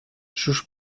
sus